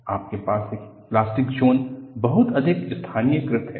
आपके पास एक प्लास्टिक ज़ोन बहुत अधिक स्थानीयकृत है